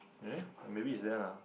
eh maybe it's there lah